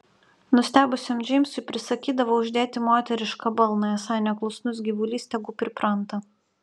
nustebusiam džeimsui prisakydavo uždėti moterišką balną esą neklusnus gyvulys tegu pripranta